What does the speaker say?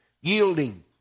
yielding